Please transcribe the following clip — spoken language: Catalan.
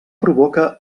provoca